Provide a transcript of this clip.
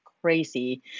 crazy